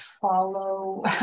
follow